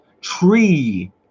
tree